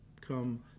come